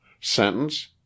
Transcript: Sentence